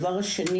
שנית,